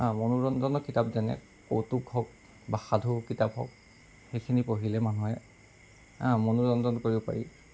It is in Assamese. হা মনোৰঞ্জন কিতাপ যেনে কৌতুক হওঁক বা সাধু কিতাপ হওঁক সেইখিনি পঢ়িলে মানুহে হা মনোৰঞ্জন কৰিব পাৰি